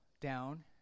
down